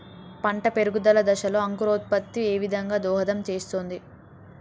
పంట పెరుగుదల దశలో అంకురోత్ఫత్తి ఏ విధంగా దోహదం చేస్తుంది?